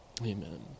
Amen